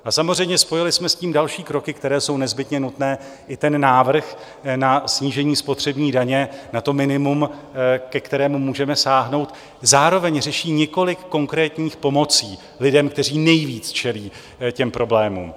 A samozřejmě spojili jsme s tím další kroky, které jsou nezbytně nutné i ten návrh na snížení spotřební daně na to minimum, ke kterému můžeme sáhnout zároveň řeší několik konkrétních pomocí lidem, kteří nejvíc čelí těm problémům.